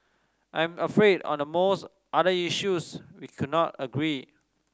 I am afraid on the most other issues we could not agree